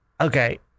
Okay